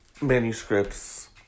manuscripts